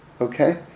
okay